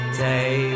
day